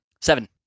Seven